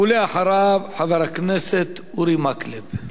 ואחריו, חבר הכנסת אורי מקלב.